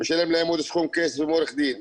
משלם להם עוד סכום כסף מעורך דין,